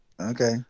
okay